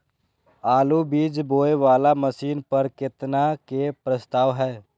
आलु बीज बोये वाला मशीन पर केतना के प्रस्ताव हय?